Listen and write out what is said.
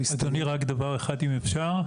אדוני, רק דבר אחד אם אפשר.